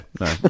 no